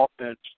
offense